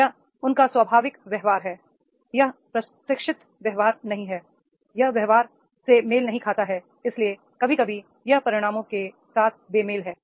यह उनका स्वाभाविक व्यवहार है यह प्रशिक्षित व्यवहार नहीं है यह व्यवहार से मेल नहीं खाता है इसलिए कभी कभी यह परिणामों के साथ बेमेल है